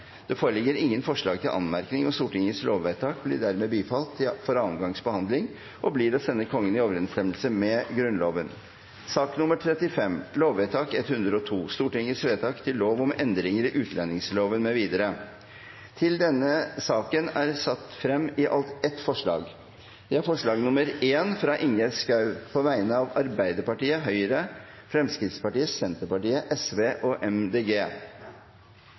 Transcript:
Det foreligger ingen forslag til anmerkning. Stortingets lovvedtak er dermed bifalt ved andre gangs behandling og blir å sende Kongen i overenstemmelse med Grunnloven. Lovvedtak 102 gjelder Stortingets vedtak til lov om endringer i utlendingsloven mv. Under debatten er det satt frem ett forslag. Det er forslag nr. 1, fra Ingjerd Schou på vegne av Arbeiderpartiet, Høyre, Fremskrittspartiet, Senterpartiet, Sosialistisk Venstreparti og